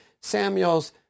Samuel's